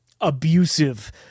abusive